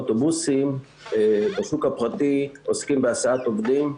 אוטובוסים בשוק הפרטי עוסקים בהסעת עובדים,